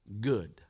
good